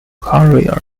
courier